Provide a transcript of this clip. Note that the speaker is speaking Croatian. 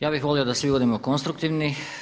Ja bih volio da svi budemo konstruktivni.